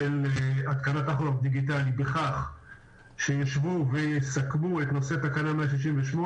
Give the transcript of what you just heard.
התקנת טכוגרף דיגיטלי בכך שיישבו ויסכמו את נושא תקנה 168,